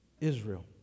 Israel